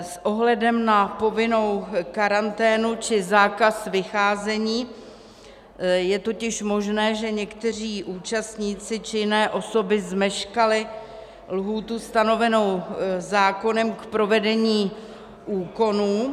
S ohledem na povinnou karanténu či zákaz vycházení je totiž možné, že někteří účastníci či jiné osoby zmeškali lhůtu stanovenou zákonem k provedení úkonů.